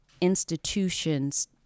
institutions